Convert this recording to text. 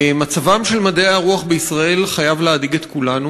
מצבם של מדעי הרוח בישראל חייב להדאיג את כולנו.